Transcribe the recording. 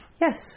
Yes